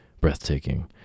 breathtaking